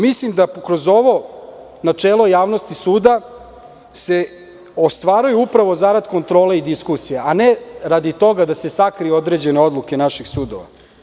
Mislim da kroz ovo načelo javnosti suda se ostvaruje zarad kontrole i diskusija, a ne radi toga da se sakriju određene odluke naših sudova.